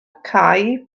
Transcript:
cau